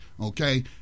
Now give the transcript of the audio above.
Okay